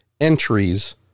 entries